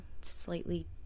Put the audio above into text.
slightly